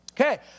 Okay